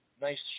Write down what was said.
nice